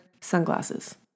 sunglasses